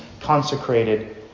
consecrated